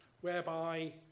whereby